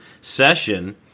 session –